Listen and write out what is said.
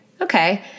Okay